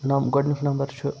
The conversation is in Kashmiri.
نَم گۄڈٕنیُک نَمبر چھُ